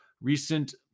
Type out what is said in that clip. Recent